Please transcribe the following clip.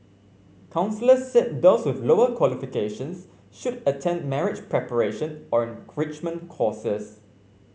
counsellors said those with lower qualifications should attend marriage preparation or enrichment courses